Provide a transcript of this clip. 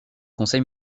conseil